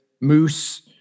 Moose